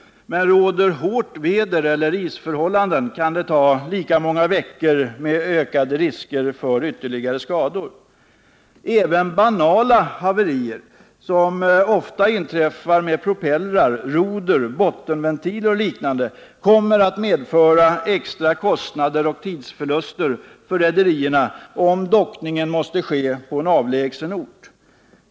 Råder hårt väder eller isförhållanden kan den ta lika många veckor — med ökade risker för ytterligare skador. Även banala haverier, som ofta inträffar med propellrar, roder, bottenventiler och liknande, kommer att medföra extra kostnader och tidsförluster för rederierna, om dockningen måste ske på en avlägsen ort.